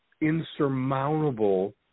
insurmountable